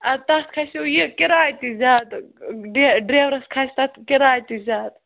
اَدٕ تَتھ کھسِو یہِ کِراے تہِ زیادٕ ڈریو ڈریورَس کھسہِ تَتھ کِرایہِ تہِ زیادٕ